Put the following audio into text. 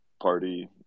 party